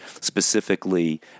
specifically